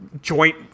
joint